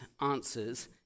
answers